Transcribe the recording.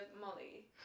Molly